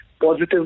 positive